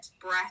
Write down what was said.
breath